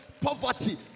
poverty